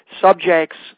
subjects